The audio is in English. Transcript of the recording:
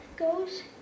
goes